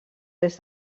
des